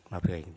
माबोरै